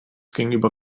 gegenüber